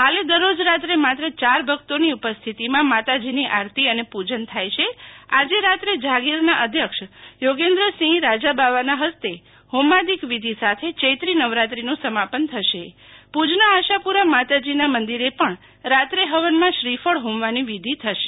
ફાલે દરરોજ રાત્રે માગ ચાર ભક્તોની ઉપસ્થિતિમાં માતાજીની આરતી અને પુજન થાય છેઆજે રાત્રે જાગીરના અધ્યક્ષ યોગેન્દ્રસિંહ રાજાબાવાના હસ્તે હોમાદિક વિધિ સાથે ચૈત્રી નવરાત્રીનું સમાપન થશૈભુજના આશાપુરા માતષ્ઠીના મંદિરે પણ રાત્રે હવનમાં શ્રીફળ હોમવાની વિધી થશે